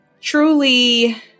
truly